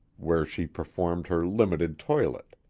where she performed her limited toilet.